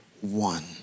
one